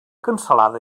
cansalada